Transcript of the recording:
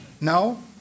No